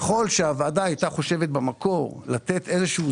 ככל שהוועדה הייתה חושבת במקור לתת איזשהו